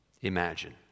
Imagine